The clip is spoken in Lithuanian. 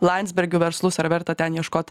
landsbergių verslus ar verta ten ieškot